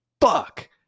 fuck